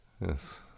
Yes